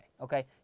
okay